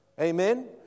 Amen